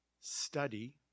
study